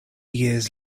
years